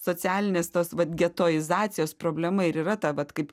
socialinės tos vat getoizacijos problema ir yra ta vat kaip